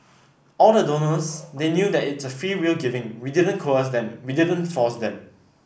all the donors they knew that it's a freewill giving we didn't coerce them we didn't force them